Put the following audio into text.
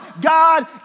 God